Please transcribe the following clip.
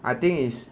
I think is